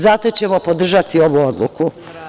Zato ćemo podržati ovu odluku.